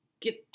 get